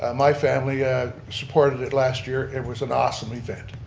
ah my family supported it last year, it was an awesome event.